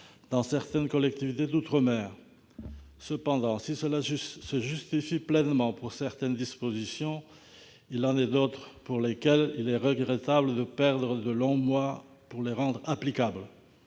dans certaines collectivités d'outre-mer. Cependant, si cette procédure se justifie pleinement pour certaines dispositions, il en est d'autres pour lesquelles il est regrettable de perdre de longs mois pour les rendre applicables.